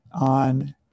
on